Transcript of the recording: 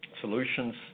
solutions